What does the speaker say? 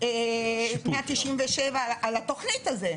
197 על התכנית הזה,